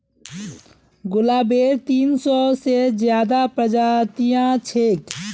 गुलाबेर तीन सौ से ज्यादा प्रजातियां छेक